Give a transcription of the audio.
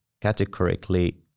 categorically